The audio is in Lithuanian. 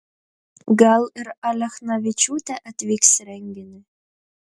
gal ir alechnavičiūtė atvyks į renginį